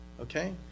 okay